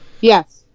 yes